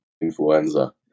influenza